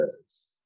Yes